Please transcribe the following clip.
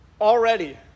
already